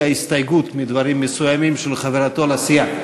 הסתייגות מדברים מסוימים של חברתו לסיעה.